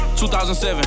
2007